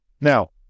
Now